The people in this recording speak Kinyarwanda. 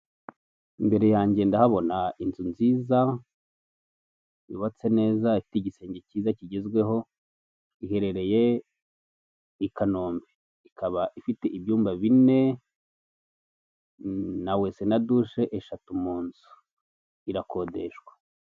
Imbere yanjye ndahabona inzu nziza ifite igisenge cyiza kigezweho iherereye i Kanombe ikaba ifite ibyumba bine na wese na duhe eshatu mu nzu irakodeshwa.